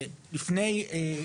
זה לפני,